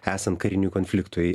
esant kariniui konfliktui